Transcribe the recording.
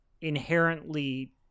inherently